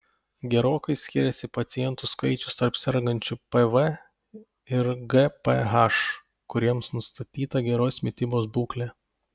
gerokai skyrėsi pacientų skaičius tarp sergančių pv ir gph kuriems nustatyta geros mitybos būklė